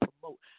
promote